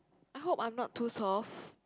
I hope I'm not too soft